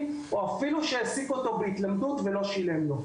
או אפילו שהעסיק אותו בהתלמדות ולא שילם לו.